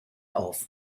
auf